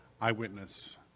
eyewitness